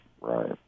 right